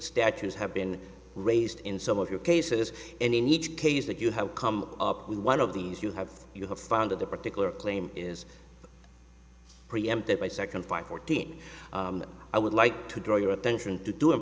statues have been raised in some of your cases and in each case that you have come up with one of these you have you have found that the particular claim is preempted by second five fourteen i would like to draw your attention to do i